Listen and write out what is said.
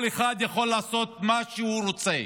כל אחד יכול לעשות מה שהוא רוצה,